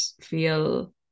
feel